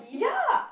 yup